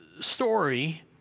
story